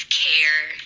care